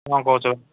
କ'ଣ କହୁଛ